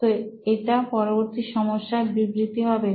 তো এটা পরবর্তী সমস্যার বিবৃতি হবে